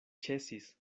ĉesis